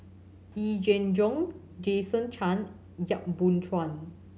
Yee Jenn Jong Jason Chan Yap Boon Chuan